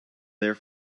there